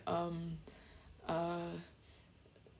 um uh